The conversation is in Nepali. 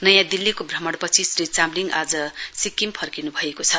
नयाँ दिल्लीको भ्रमणपछि श्री चामलिङ आज सिक्किम फर्किन्भएको छ